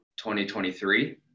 2023